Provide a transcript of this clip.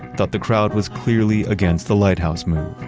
thought the crowd was clearly against the lighthouse move ah,